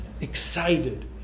excited